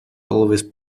always